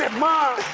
and ma,